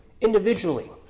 individually